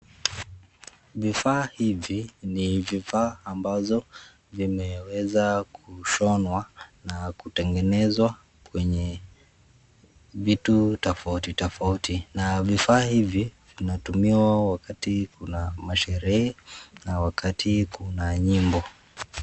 Vifaa hivi ni vifaa ambazo vimeweza kushonwa na kutengenezwa kwenye vitu tofauti tofauti na vifaa hivi vinatumiwa wakati kuna masherehe na wakati kuna nyimbo.